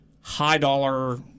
high-dollar